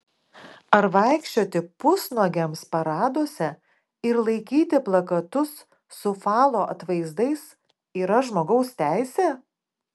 ar vaikščioti pusnuogiams paraduose ir laikyti plakatus su falo atvaizdais yra žmogaus teisė